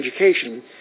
Education